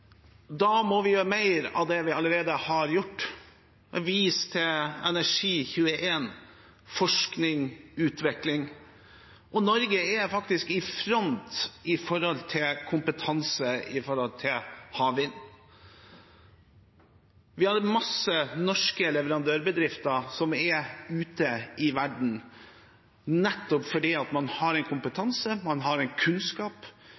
Da må vi gjøre mer av det vi allerede har gjort – jeg viser til Energi21, forskning og utvikling. Norge er faktisk i front når det gjelder kompetanse på havvind. Vi har mange norske leverandørbedrifter som er ute i verden, nettopp fordi man har en kompetanse og en kunnskap